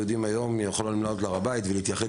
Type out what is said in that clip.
היום יהודים יכולים לעלות להר הבית ולהתייחד